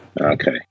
Okay